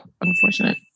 unfortunate